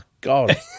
god